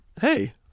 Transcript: hey